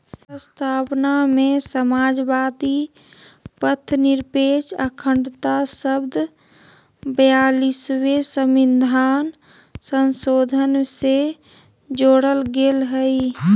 प्रस्तावना में समाजवादी, पथंनिरपेक्ष, अखण्डता शब्द ब्यालिसवें सविधान संशोधन से जोरल गेल हइ